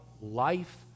life